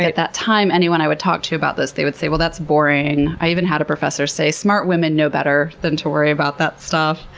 that that time, anyone i would talk to about this, they would say, well, that's boring. i even had a professor say, smart women know better than to worry about that stuff.